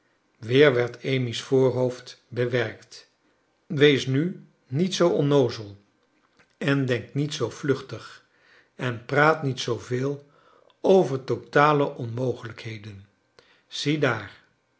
weer werd amy's voorhoofd bewerkt wees nu niet zoo onnoozel en denk niet zoo vluchtig en praat niet zoo veel over totale onmogelijkheden ziedaar